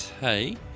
take